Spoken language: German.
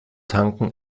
tanken